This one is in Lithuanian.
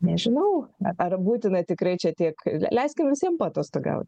nežinau ar būtina tikrai čia tiek leiskim visiem paatostogaut